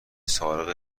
سارق